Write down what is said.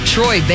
Troy